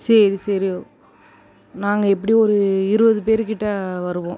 சரி சரி நாங்கள் எப்படியும் ஒரு இருபது பேருக்கிட்ட வருவோம்